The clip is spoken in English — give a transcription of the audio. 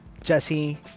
Jesse